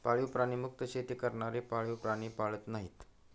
पाळीव प्राणी मुक्त शेती करणारे पाळीव प्राणी पाळत नाहीत